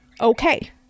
Okay